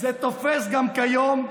זה תופס גם כיום,